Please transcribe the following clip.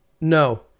No